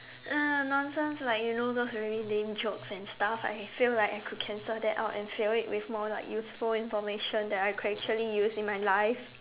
uh nonsense like you know those very lame jokes and stuff like I feel like I could cancel that out and fill it with more like useful information that I could actually use in my life